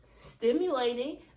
stimulating